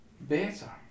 better